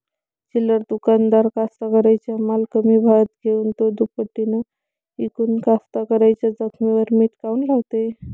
चिल्लर दुकानदार कास्तकाराइच्या माल कमी भावात घेऊन थो दुपटीनं इकून कास्तकाराइच्या जखमेवर मीठ काऊन लावते?